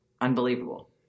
unbelievable